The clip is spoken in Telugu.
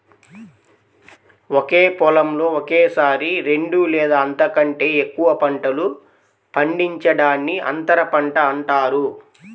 ఒకే పొలంలో ఒకేసారి రెండు లేదా అంతకంటే ఎక్కువ పంటలు పండించడాన్ని అంతర పంట అంటారు